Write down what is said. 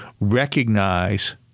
recognize